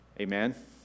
Amen